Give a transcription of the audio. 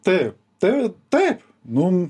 taip taip taip nu